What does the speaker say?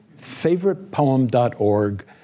Favoritepoem.org